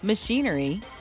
Machinery